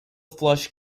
flush